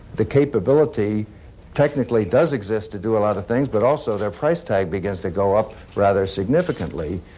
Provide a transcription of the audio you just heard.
the capability technically does exist to do a lot of things, but also their price tag begins to go up rather significantly,